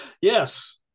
Yes